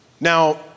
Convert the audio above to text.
Now